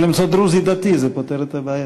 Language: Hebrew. אפשר למצוא דרוזי דתי, זה פותר את הבעיה.